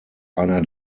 einer